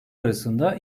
arasında